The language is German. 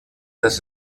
das